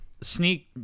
sneak